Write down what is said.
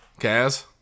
Kaz